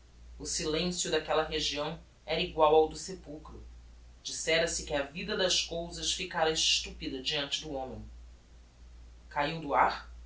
o silencio daquella região era egual ao do sepulchro dissera se que a vida das cousas ficára estupida deante do homem cahiu do ar